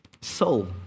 Soul